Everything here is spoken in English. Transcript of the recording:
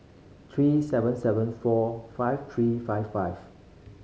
three seven seven four five three five five